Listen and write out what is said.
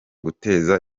guteza